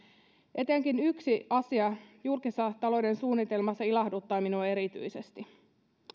etenkin yksi asia julkisen talouden suunnitelmassa ilahduttaa minua erityisesti